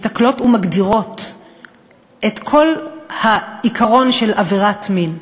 מסתכלות ומגדירות את כל העיקרון של עבירת מין.